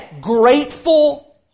grateful